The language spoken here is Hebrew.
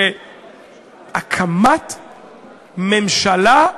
להקמת ממשלה,